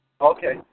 Okay